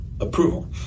approval